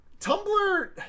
Tumblr